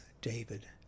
David